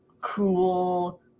cool